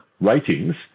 ratings